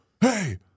hey